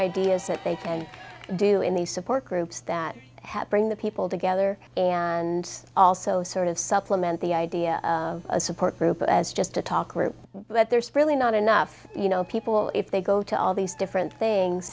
ideas that they can do in the support groups that help bring the people together and also sort of supplement the idea of a support group as just a talker but there's really not enough you know people if they go to all these different things